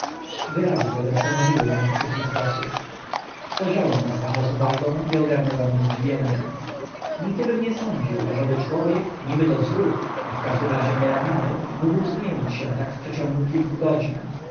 wyrazy te zastanowiły mnie w przykry sposób spojrzałem na stacha z uwagą i ogarnęło mnie zdziwienie nigdybym nie sądził ażeby człowiek niby to zdrów a w każdym razie nieraniony mógł zmienić się tak w przeciągu kilku godzin